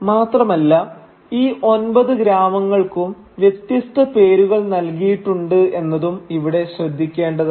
മാത്രമല്ല ഈ ഒമ്പത് ഗ്രാമങ്ങൾക്കും വ്യത്യസ്ത പേരുകൾ നൽകിയിട്ടുണ്ട് എന്നതും ഇവിടെ ശ്രദ്ധിക്കേണ്ടതാണ്